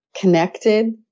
connected